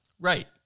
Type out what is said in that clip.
Right